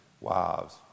wives